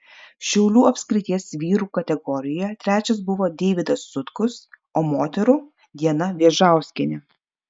šiaulių apskrities vyrų kategorijoje trečias buvo deivydas sutkus o moterų diana vėžauskienė